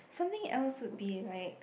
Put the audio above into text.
something else would be like